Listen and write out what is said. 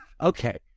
Okay